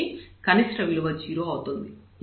కాబట్టి కనిష్ట విలువ 0 అవుతుంది